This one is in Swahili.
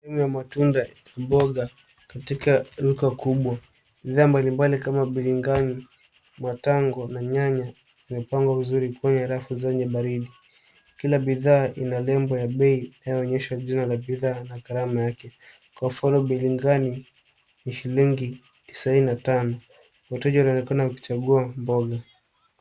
Sehemu ya matunda na mboga katika duka kubwa. Bidhaa mbalimbali kama biringanya, matango na nyanya zimepangwa vizuri kwenye rafu zenye baridi. Kila bidhaa ina nembo ya bei inayoonyesha jina ya bidhaa na gharama yake. Kwa mfano biringanya ni shilingi tisaini na tano. Wateja wanaonekana wakichagua mboga.